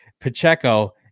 Pacheco